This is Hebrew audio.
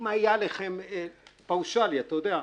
אם היה פאושלי, אתה יודע?